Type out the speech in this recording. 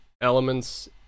elements